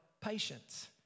patience